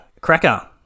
Cracker